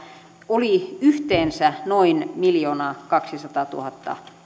oli yhteensä noin miljoonakaksisataatuhatta